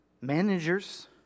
managers